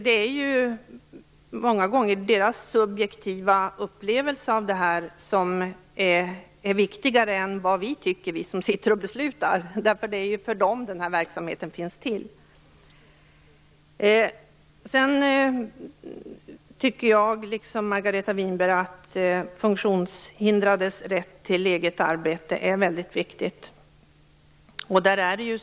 Det är ju de handikappades subjektiva upplevelse som är viktigare än vad vi som beslutar anser. Det är för de handikappade som denna verksamhet finns till. Sedan tycker jag, liksom Margareta Winberg, att funktionshindrades rätt till eget arbete är väldigt viktig.